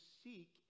seek